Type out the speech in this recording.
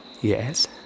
Yes